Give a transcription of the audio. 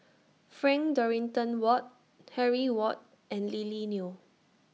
Frank Dorrington Ward Harry Ward and Lily Neo